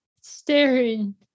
staring